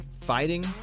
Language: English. fighting